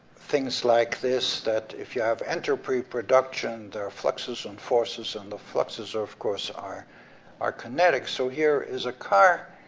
things like this, that if you have entropy production, there are fluxes and forces, and the fluxes, of course, are are kinetic. so here is a car,